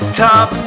top